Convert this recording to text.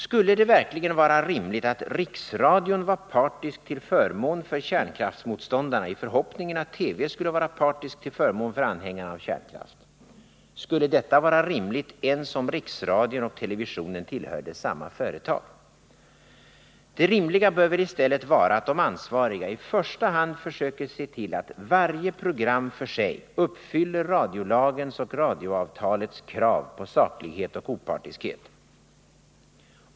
Skulle det verkligen vara rimligt att riksradion var partisk till förmån för kärnkraftsmotståndarna i förhoppningen att TV skulle vara partisk till förmån för anhängarna av kärnkraft? Skulle detta vara rimligt ens om riksradion och televisionen tillhörde samma företag? Det rimliga bör väl i stället vara att de ansvariga i första hand försöker se till att varje program för sig uppfyller radiolagens och radioavtalets krav på saklighet och opartiskhet.